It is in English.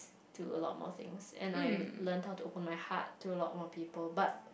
to a lot more things and I learn how to open my heart to a lot more people but